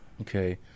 Okay